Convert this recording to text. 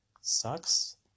sucks